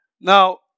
Now